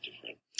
different